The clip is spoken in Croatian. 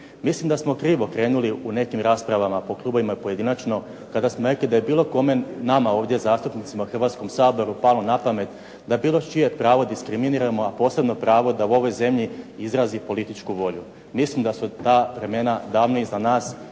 Mislim da smo krivo krenuli u nekim raspravama po klubovima i pojedinačno kada smo rekli da je bilo kome nama ovdje zastupnicima u Hrvatskom saboru palo na pamet da bilo čije pravo diskriminiramo, a posebno pravo da u ovoj zemlji izrazi političku volju. Mislim da su ta vremena davno iza nas